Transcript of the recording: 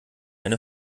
eine